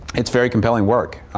it's very compelling work.